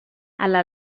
alla